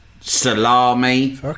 salami